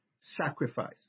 sacrifice